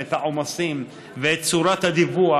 את העומסים ואת צורת הדיווח.